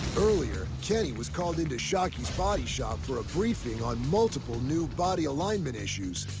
earlier, kenny was called into shockey's body shop for a briefing on multiple new body alignment issues.